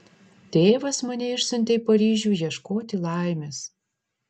tėvas mane išsiuntė į paryžių ieškoti laimės